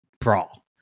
brawl